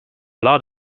lot